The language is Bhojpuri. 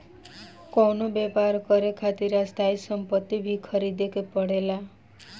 कवनो व्यापर करे खातिर स्थायी सम्पति भी ख़रीदे के पड़ेला